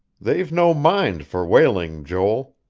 they've no mind for whaling, joel.